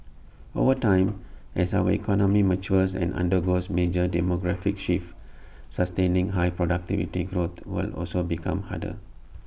over time as our economy matures and undergoes major demographic shifts sustaining high productivity growth will also become harder